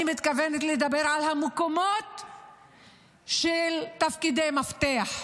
אני מתכוונת לדבר על המקומות של תפקידי מפתח,